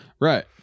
Right